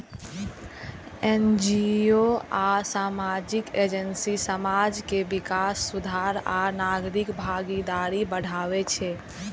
NGO आ सामाजिक agency समाज के विकास, सुधार आ नागरिक भागीदारी बढ़ाबै छै